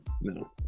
no